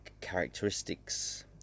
characteristics